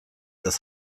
das